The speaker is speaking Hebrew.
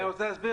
אני רוצה להסביר